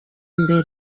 imbere